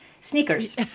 sneakers